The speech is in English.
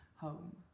home